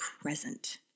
present